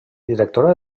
directora